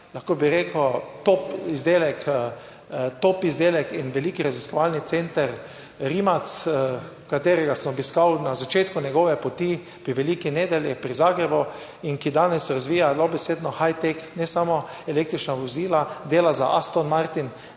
top izdelek, top izdelek in veliki raziskovalni center Rimac, katerega sem obiskal na začetku njegove poti pri Veliki Nedelji pri Zagrebu. In ki danes razvija dobesedno hi-teck ne samo električna vozila, dela za Aston Martin,